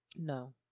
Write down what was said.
No